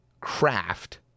craft